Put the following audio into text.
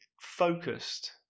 focused